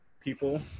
people